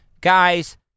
guys